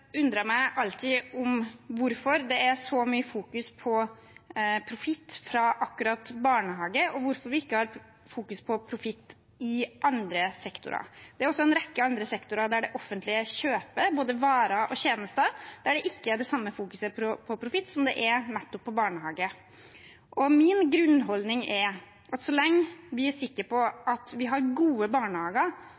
undrer jeg meg alltid over hvorfor det er så mye fokus på profitt fra akkurat barnehage, og hvorfor vi ikke har fokus på profitt i andre sektorer. Det er også en rekke andre sektorer der det offentlige kjøper både varer og tjenester, der det ikke er det samme fokuset på profitt som det er nettopp på barnehage. Min grunnholdning er at så lenge vi er sikre på